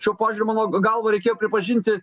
šiuo požiūriu mano galva reikėjo pripažinti